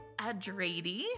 Adrady